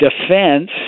defense